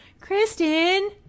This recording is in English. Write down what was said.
Kristen